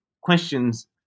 questions